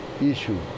issue